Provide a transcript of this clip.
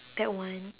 that one